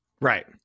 Right